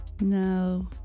No